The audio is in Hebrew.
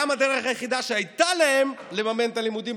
הדרך היחידה שהייתה להם לממן את הלימודים,